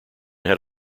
had